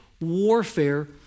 warfare